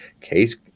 case